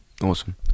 Awesome